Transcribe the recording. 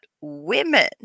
women